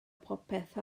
popeth